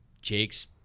Jake's